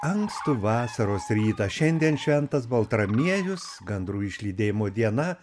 ankstų vasaros rytą šiandien šventas baltramiejus gandrų išlydėjimo diena